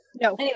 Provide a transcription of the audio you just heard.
No